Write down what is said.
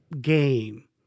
game